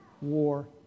War